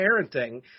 parenting